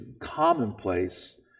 commonplace